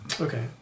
Okay